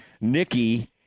Nikki